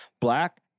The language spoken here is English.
Black